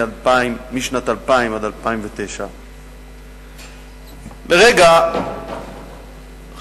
משנת 2000 עד 2009. לרגע חשבתי,